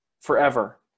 forever